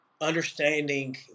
understanding